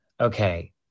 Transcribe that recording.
okay